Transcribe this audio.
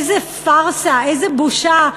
איזה פארסה, איזה בושה.